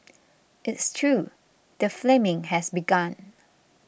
it's true the flaming has begun